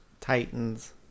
Titans